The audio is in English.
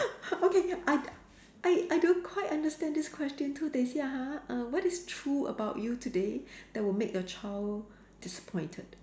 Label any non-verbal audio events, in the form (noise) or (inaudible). (noise) okay I I I I don't quite understand this question too they say !huh! uh what is true about you today that will make your child disappointed